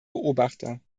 beobachter